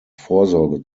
vorsorge